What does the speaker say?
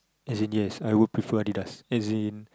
as in yes I would prefer Adidas